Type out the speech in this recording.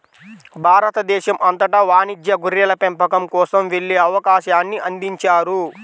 భారతదేశం అంతటా వాణిజ్య గొర్రెల పెంపకం కోసం వెళ్ళే అవకాశాన్ని అందించారు